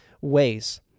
ways